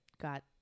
got